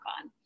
on